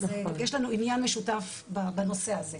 אז יש לנו עניין משותף בנושא הזה.